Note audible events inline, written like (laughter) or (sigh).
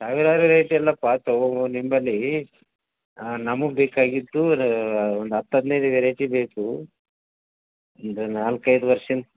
ಸರಿಯಾದ ರೇಟ ಇಲ್ಲಪ್ಪ ತೊಗೋಬೋದು ನಿಂಬಳಿ ನಮಗೆ ಬೇಕಾಗಿದ್ದು (unintelligible) ಒಂದು ಹತ್ತು ಹದ್ನೈದು ವೆರೈಟಿ ಬೇಕು ಇದು ನಾಲ್ಕೈದು ವರ್ಷದ್ದು